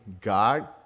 God